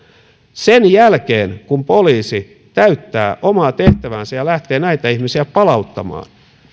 sen jälkeen silloin kun poliisi täyttää omaa tehtäväänsä ja lähtee näitä ihmisiä palauttamaan